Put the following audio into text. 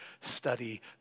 study